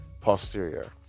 posterior